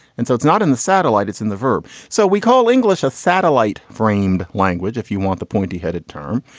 and so it's not in the satellite, it's in the verb. so we call english a satellite framed language if you want the pointy headed term.